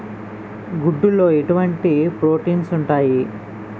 గుడ్లు లో ఎటువంటి ప్రోటీన్స్ ఉంటాయి?